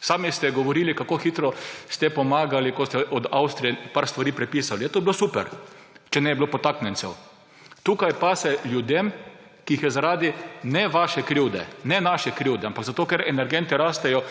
Sami ste govorili, kako hitro ste pomagali, ko ste od Avstrije par stvari prepisali. To je bilo super, če ne bi bilo podtaknjencev. Tukaj pa se ljudem, ki jih je zaradi ne vaše krivde, ne naše krivde, ampak zato, ker energenti rastejo,